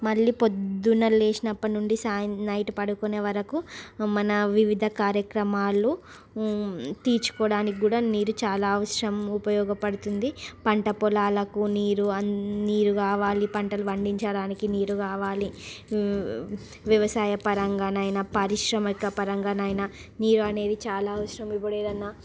మళ్ళీ పొద్దున లేచినప్పటి నుండి సాయంత్రం నైట్ పడుకొనే వరకు మన వివిధ కార్యక్రమాలు తీర్చుకోవడానికి కూడా నీరు చాలా అవసరం ఉపయోగపడుతుంది పంట పొలాలకు నీరు నీరు కావాలి పంటలు పండించడానికి నీరు కావాలి వ్యవసాయ పరంగానైనా పారిశ్రామిక పరంగానైనా నీరు అనేది చాలా అవసరం ఇప్పుడు ఏదైనా